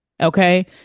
Okay